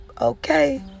Okay